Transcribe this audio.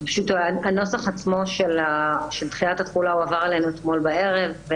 פשוט הנוסח עצמו של תחילת התחולה הועבר אלינו אתמול בערב.